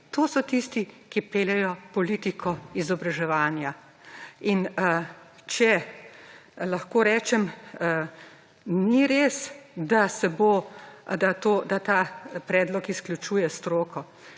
to so tisti, ki peljejo politiko izobraževanja. In če, lahko rečem, ni res, da se bo, da ta predlog izključuje stroko.